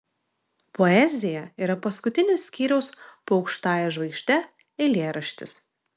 poezija yra paskutinis skyriaus po aukštąja žvaigžde eilėraštis